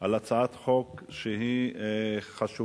על הצעת חוק שהיא חשובה,